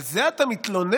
על זה אתה מתלונן,